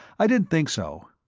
i didn't think so.